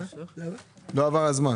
של 360,025 אלפי ₪ בהוצאה,